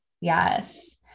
yes